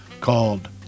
called